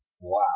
Wow